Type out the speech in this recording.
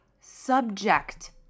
subject